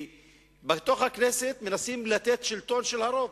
בתוך הכנסת מנסים לתת שלטון של הרוב,